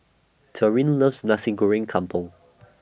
Taryn loves Nasi Goreng Kampung